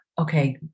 Okay